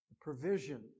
Provision